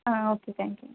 ಹಾಂ okay thank you